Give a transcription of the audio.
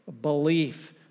belief